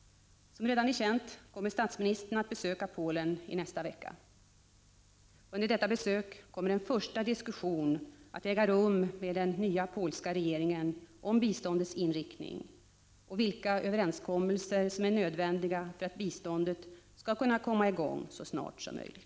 Som redan är känt kommer statsministern att besöka Polen i nästa vecka. Under detta besök kommer en första diskussion att äga rum med den nya polska regeringen om biståndets inriktning och vilka överenskommelser som är nödvändiga för att biståndet skall kunna komma i gång så snart som möjligt.